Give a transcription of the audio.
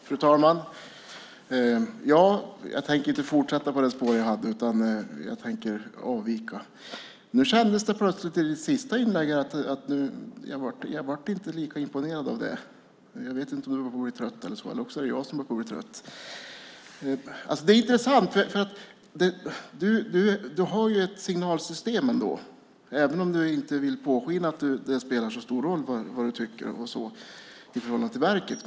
Fru talman! Jag tänker inte fortsätta på det tidigare spåret utan i stället avvika. Jag blev inte lika imponerad av det senaste inlägget. Jag vet inte om Anders Borg håller på att bli trött, eller också är det jag som håller på att bli det. Du har ett signalsystem, Anders Borg, även om du inte vill påskina att det spelar så stor roll vad du tycker i förhållande till verket.